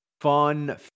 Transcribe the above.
fun